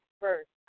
first